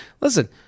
Listen